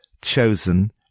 chosen